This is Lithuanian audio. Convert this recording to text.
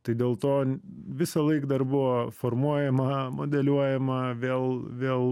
tai dėl to visąlaik dar buvo formuojama modeliuojama vėl vėl